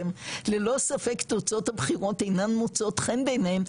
והם ללא ספק תוצאות הבחירות אינן מוצאות חן בעיניהם,